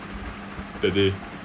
that day